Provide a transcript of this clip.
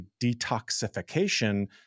detoxification